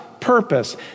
purpose